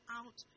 out